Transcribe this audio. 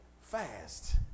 fast